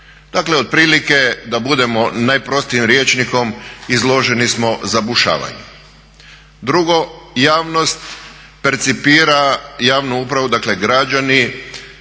Dakle, otprilike da budemo najprostijim rječnikom izloženi smo zabušavanju. Drugo, javnost percipira javnu upravu, dakle građani